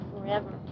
forever